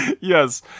Yes